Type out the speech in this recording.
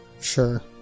Sure